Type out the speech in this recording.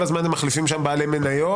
הלא הם משרד המשפטים או רשות התאגידים.